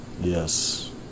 Yes